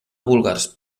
búlgars